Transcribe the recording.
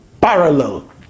parallel